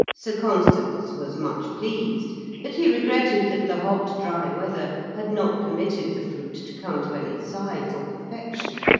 sir constans was much pleased but he regretted that the hot, dry weather had not permitted the fruit to come to any size or perfection.